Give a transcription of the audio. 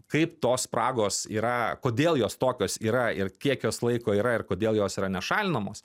kaip tos spragos yra kodėl jos tokios yra ir kiek jos laiko yra ir kodėl jos yra nešalinamos